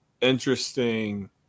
interesting